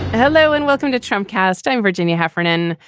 hello and welcome to tramcars time, virginia heffernan.